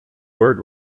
word